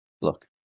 Look